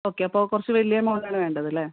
okay അപ്പോൾ കുറച്ച് വലിയ എമൗണ്ടാണ് വേണ്ടത് അല്ലേ